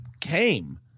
came